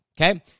Okay